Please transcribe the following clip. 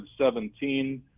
17